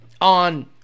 on